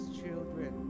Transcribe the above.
children